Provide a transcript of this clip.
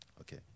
Okay